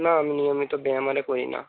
না আমি নিয়মিত ব্যায়াম আরে করি না